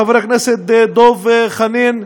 חבר הכנסת דב חנין,